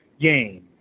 game